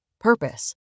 purpose